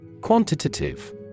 Quantitative